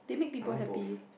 I want both